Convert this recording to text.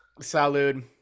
Salud